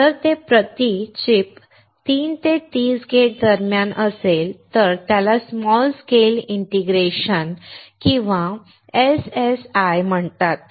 जर ते प्रति चिप तीन ते तीस गेट्स दरम्यान असेल तर त्याला स्मॉल स्केल इंटिग्रेशन किंवा SSI म्हणतात